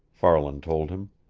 farland told him.